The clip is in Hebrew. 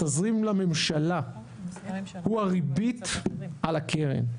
התזרים לממשלה הוא הריבית על הקרן.